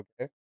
Okay